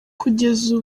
kugeza